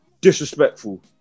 disrespectful